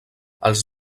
els